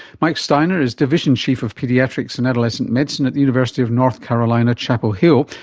mike steiner is division chief of paediatrics and adolescent medicine at the university of north carolina chapel hill,